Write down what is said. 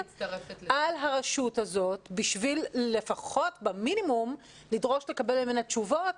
על הרשות הזאת בשביל לפחות במינימום לדרוש לקבל ממנה תשובות,